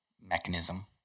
mechanism